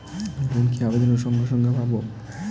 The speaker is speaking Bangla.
লোন কি আবেদনের সঙ্গে সঙ্গে পাব?